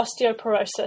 osteoporosis